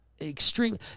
Extreme